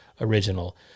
original